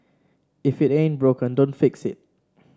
if it ain't broken don't fix it